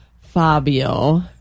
Fabio